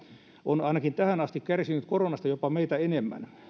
on ainakin tähän asti kärsinyt koronasta jopa meitä enemmän